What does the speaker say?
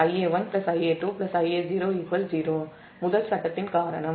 எனவே Ia1 Ia2 Ia0 0 முதல் சட்டத்தின் காரணம்